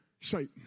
Satan